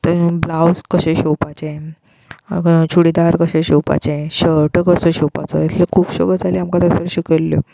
blouse कशे शिंवपाचें चुडिदार कशे शिंवपाचे शर्ट कसो शिंवपाचो इतलें खुबश्यो गजाली आमकां थंयसर शिकयल्ल्यो